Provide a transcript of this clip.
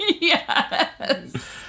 Yes